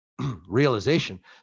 realization